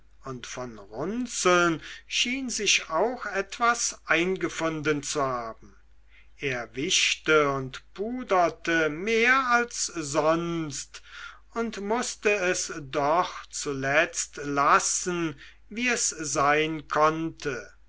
und von runzeln schien sich auch etwas eingefunden zu haben er wischte und puderte mehr als sonst und mußte es doch zuletzt lassen wie es sein konnte